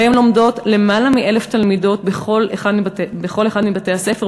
שבהם לומדות למעלה מ-1,000 תלמידות בכל אחד מבתי-הספר,